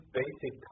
basic